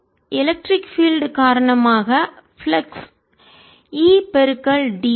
எனவேஎலக்ட்ரிக் field மின்சார புலம் காரணமாக ஃப்ளக்ஸ் Eda